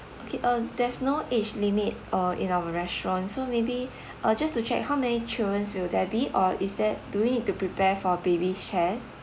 okay uh there's no age limit uh in our restaurant so may be uh just to check how many children will there be or is there do we need to prepare for baby chair